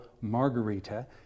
Margarita